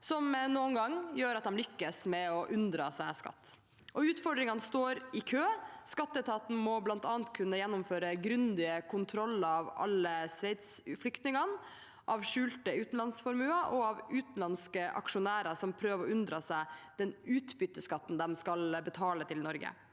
som noen ganger gjør at de lykkes med å unndra seg skatt. Utfordringene står i kø. Skatteetaten må bl.a. kunne gjennomføre grundige kontroller av alle Sveits-flyktningene, av skjulte utenlandsformuer og av utenlandske aksjonærer som prøver å unndra seg den utbytteskatten de skal betale til Norge.